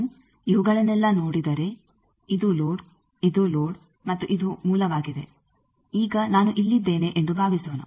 ನಾನು ಇವುಗಳನೆಲ್ಲ ನೋಡಿದರೆ ಇದು ಲೋಡ್ ಇದು ಲೋಡ್ ಮತ್ತು ಇದು ಮೂಲವಾಗಿದೆ ಈಗ ನಾನು ಇಲ್ಲಿದ್ದೇನೆ ಎಂದು ಭಾವಿಸೋಣ